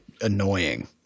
annoying